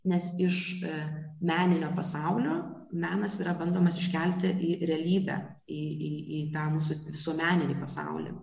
nes iš meninio pasaulio menas yra bandomas iškelti į realybę į į į tą mūsų visuomeninį pasaulį